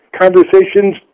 conversations